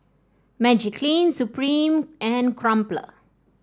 Magiclean Supreme and Crumpler